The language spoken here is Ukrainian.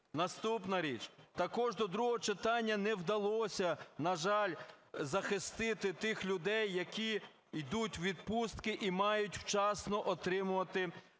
Наступна річ. Також до другого читання не вдалося, на жаль, захистити тих людей, які йдуть у відпустки і мають вчасно отримувати заробітну